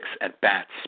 at-bats